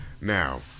Now